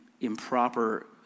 improper